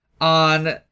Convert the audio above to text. on